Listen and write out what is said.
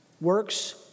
Works